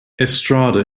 estrada